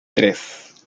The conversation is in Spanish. tres